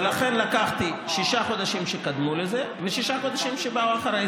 ולכן לקחתי שישה חודשים שקדמו לזה ושישה חודשים שבאו אחרי זה.